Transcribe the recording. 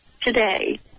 today